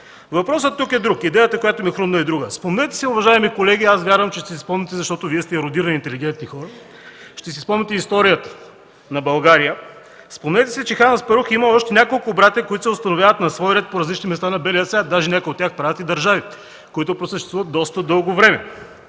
Въпросът тук е друг, идеята, която ми хрумна, е друга. Спомнете си, уважаеми колеги – вярвам, че ще си спомните, защото сте ерудирани, интелигентни хора, историята на България. Спомнете си, че хан Аспарух е имал още няколко братя, които се установяват на различни места по белия свят. Даже някои от тях правят и държави, които просъществуват доста дълго време.